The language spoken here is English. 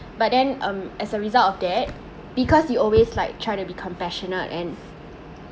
but then um as a result of that because you always like try to be compassionate and